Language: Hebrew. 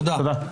תודה.